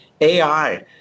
AI